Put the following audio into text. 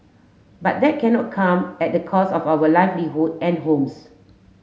but that cannot come at the cost of our livelihood and homes